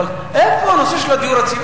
אבל איפה הנושא של הדיור?